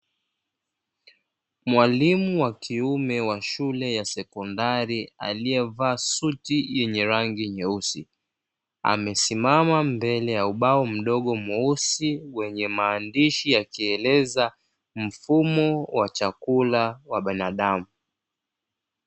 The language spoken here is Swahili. Mwalimu wa kiume wa shule ya sekondari aliyevaa suti yenye rangi nyeusi, amesimama mbele ya ubao mdogo mweusi wenye maandishi yakieleza mfumo wa chakula wa binadamu.